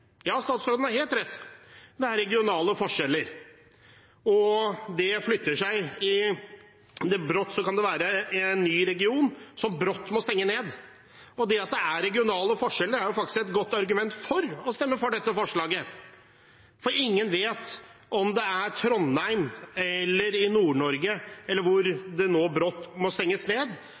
Ja, statsråden har helt rett. Det er regionale forskjeller, og det flytter seg. Brått kan det være en ny region som brått må stenge ned, og det at det er regionale forskjeller, er et godt argument for å stemme for dette forslaget. For ingen vet om det er i Trondheim eller i Nord-Norge det brått må stenges ned, hvor flere bedrifter må stenge ned